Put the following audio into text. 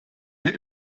mir